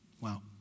wow